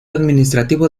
administrativo